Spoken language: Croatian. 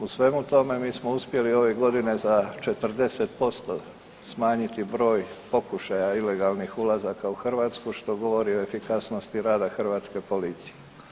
U svemu tome, mi smo uspjeli ove godine za 40% smanjiti broj pokušaja ilegalnih ulazaka u RH, što govori o efikasnosti rada hrvatske policije.